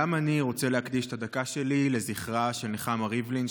גם אני רוצה להקדיש את הדקה שלי לזכרה של נחמה ריבלין,